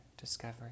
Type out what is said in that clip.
discovery